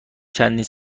چندین